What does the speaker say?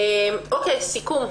סיכום.